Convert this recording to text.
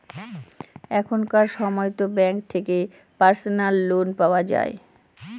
এখনকার সময়তো ব্যাঙ্ক থেকে পার্সোনাল লোন পাওয়া যায়